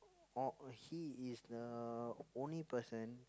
or he is the only person